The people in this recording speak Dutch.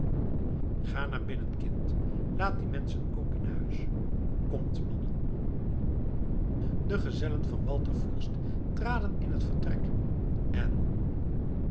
ga naar binnen kind laat die menschen ook in huis komt mannen de gezellen van walter fürst traden in het vertrek en